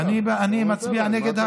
אתה נותן להם.